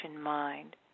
mind